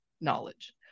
knowledge